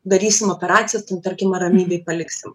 darysim operaciją ten tarkim ar ramybėj paliksim